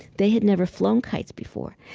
they had never flown kites before,